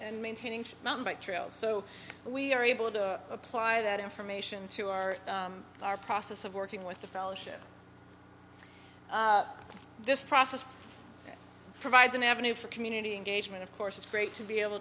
and maintaining mountain bike trails so we are able to apply that information to our our process of working with the fellowship this process provides an avenue for community engagement of course it's great to be able